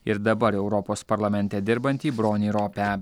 ir dabar europos parlamente dirbantį bronį ropę